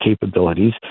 capabilities